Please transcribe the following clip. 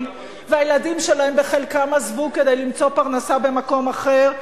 והילדים שלהם בחלקם עזבו כדי למצוא פרנסה במקום אחר.